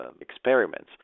experiments